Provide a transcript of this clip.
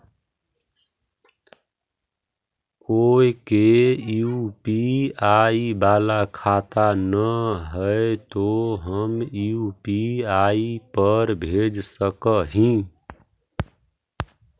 कोय के यु.पी.आई बाला खाता न है तो हम यु.पी.आई पर भेज सक ही?